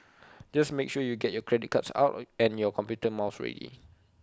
just make sure you get your credit cards out and your computer mouse ready